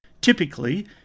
Typically